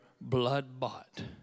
blood-bought